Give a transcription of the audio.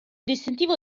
distintivo